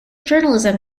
journalism